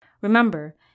Remember